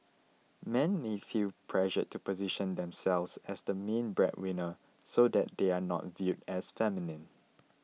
men may feel pressured to position themselves as the main breadwinner so that they are not viewed as feminine